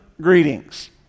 greetings